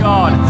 God